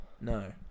No